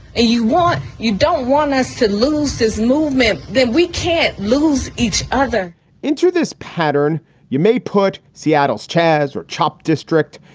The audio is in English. you want you don't want us to lose this movement. we can't lose each other into this pattern you may put seattle's chaz chope district,